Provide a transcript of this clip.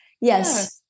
Yes